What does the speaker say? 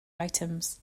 items